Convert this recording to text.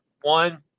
One